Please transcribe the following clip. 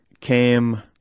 came